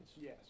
Yes